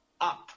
up